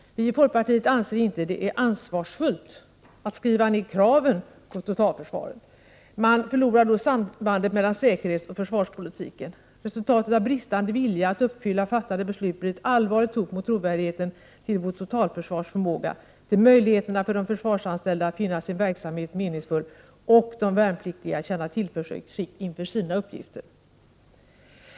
Vi i folkpartiet anser inte att det är ansvarsfullt att skriva ned kraven på totalförsvaret. Man förlorar då sambandet mellan säkerhetsoch försvarspolitiken. Resultatet av brist på vilja att uppfylla fattade beslut blir ett allvarligt hot mot trovärdigheten till 19 vårt totalförsvars förmåga och till möjligheterna för de försvarsanställda att finna sin verksamhet meningsfull. Och det blir ett hot mot de värnpliktigas förmåga att känna tillförsikt inför sina uppgifter.